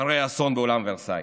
אחרי האסון באולם ורסאי.